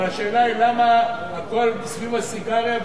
אבל השאלה היא למה הכול סביב הסיגריה,